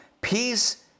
Peace